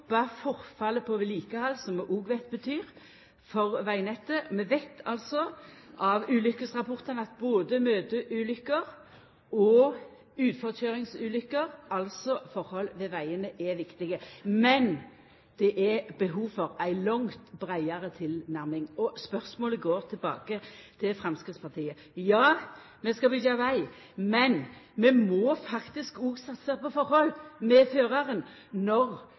forfallet på vedlikehald som vi òg veit betyr mykje for vegnettet. Vi veit av ulykkesrapportar at både møteulykker og utforkøyringsulykker, altså tilhøve ved vegane, er viktige. Men det er behov for ei langt breiare tilnærming, og spørsmålet går tilbake til Framstegspartiet. Ja, vi skal byggja veg, men vi må faktisk òg satsa på tilhøve hos føraren, når